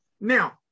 Now